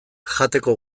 jateko